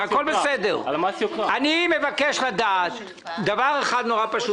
אני מבקש לדעת דבר אחד פשוט מאוד.